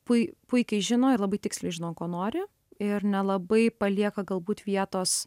pui puikiai žino ir labai tiksliai žino ko nori ir nelabai palieka galbūt vietos